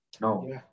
No